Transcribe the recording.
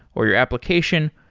or your application,